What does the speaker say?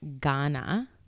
Ghana